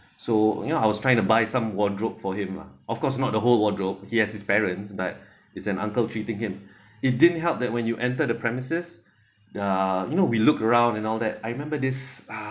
so ya I was trying to buy some wardrobe for him lah of course not a whole wardrobe he has his parents but is an uncle treating him it didn't help that when you enter the premises uh you know we look around and all that I remember this uh